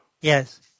Yes